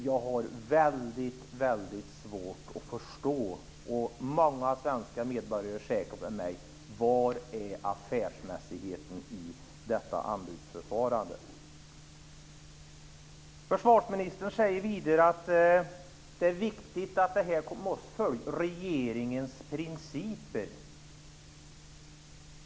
Jag har väldigt svårt att förstå, och säkert många svenska medborgare med mig, var affärsmässigheten är i detta anbudsförfarande. Försvarsministern säger vidare att det är viktigt att följa regeringens principer.